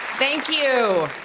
thank you!